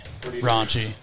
Raunchy